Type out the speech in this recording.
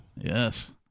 Yes